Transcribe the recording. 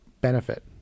benefit